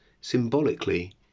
symbolically